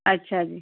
अच्छा जी